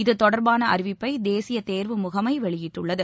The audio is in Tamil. இத்தொடர்பான அறிவிப்பை தேசிய தேர்வு முகமை வெளியிட்டுள்ளது